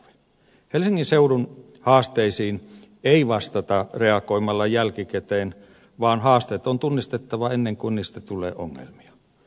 helsingin seudun haasteisiin ei vastata reagoimalla jälkikäteen vaan haasteet on tunnistettava ennen kuin niistä tulee ongelmia